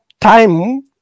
time